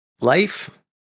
life